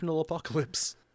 apocalypse